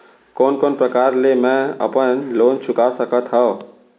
कोन कोन प्रकार ले मैं अपन लोन चुका सकत हँव?